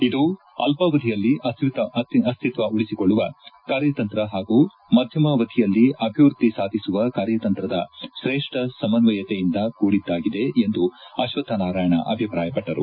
ಇದು ಅಲ್ಪಾವಧಿಯಲ್ಲಿ ಅಸ್ತಿತ್ವ ಉಳಿಸಿಕೊಳ್ಳುವ ಕಾರ್ಯತಂತ್ರ ಹಾಗೂ ಮಧ್ಯಮಾವಧಿಯಲ್ಲಿ ಅಭಿವೃದ್ಧಿ ಸಾಧಿಸುವ ಕಾರ್ಯತಂತ್ರದ ಶ್ರೇಷ್ಠ ಸಮನ್ವಯತೆಯಿಂದ ಕೂಡಿದ್ದಾಗಿದೆ ಎಂದು ಅಶ್ವಕ್ತ ನಾರಾಯಣ ಅಭಿಪ್ರಾಯಪಟ್ಟರು